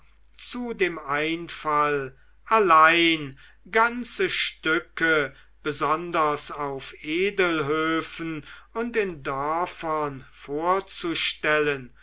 zu dem einfall allein ganze stücke besonders auf edelhöfen und in dörfern vorzustellen